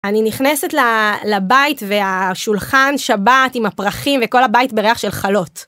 אני נכנסת לבית והשולחן שבת עם הפרחים וכל הבית בריח של חלות.